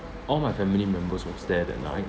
all my family members was there that night